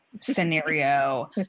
scenario